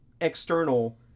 external